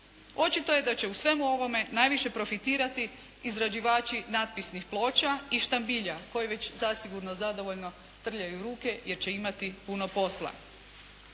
Očito je da će u svemu ovome najviše profitirati izrađivači natpisnih ploča i štambilja koji već zasigurno zadovoljno trljaju ruke jer će imati puno posla.